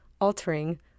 altering